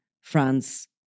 France